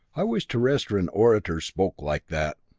i wish terrestrian orators spoke like that,